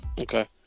Okay